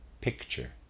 picture